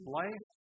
life